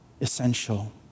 essential